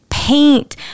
Paint